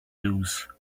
lose